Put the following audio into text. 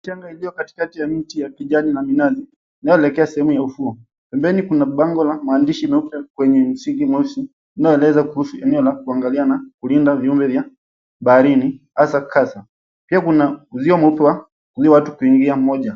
Changa iliyo katikati ya mti ya kijani na minazi inayo elekea sehemu ya ufuo. Pembeni kuna bango la maandishi meupe kwenye msingi mwesi inayo eleza kuhusu eneo la kuangalia na kulinda viumbe vya baharini hasa kasa. Pia kuna uzio mweupe wa kuzuia watu kuingia moja.